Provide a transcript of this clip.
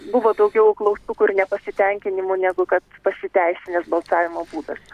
buvo daugiau klaustukų ir nepasitenkinimo negu kad pasiteisinęs balsavimo būdas